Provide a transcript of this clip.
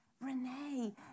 Renee